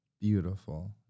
Beautiful